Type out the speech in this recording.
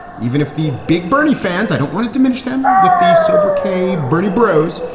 even if the big bernie fans, i don't want it diminish them with the sobriquet bernie brose.